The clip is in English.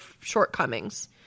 shortcomings